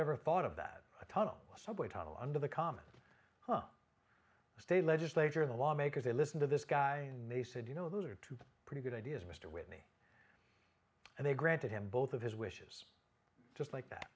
ever thought of that a tunnel subway tunnel under the common the state legislature the law makers they listen to this guy and they said you know those are two pretty good ideas mr witt and they granted him both of his wishes just like that